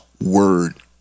word